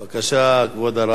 בבקשה, כבוד הרב.